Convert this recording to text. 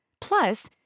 Plus